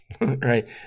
right